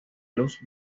luz